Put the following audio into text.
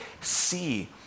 see